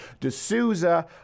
D'Souza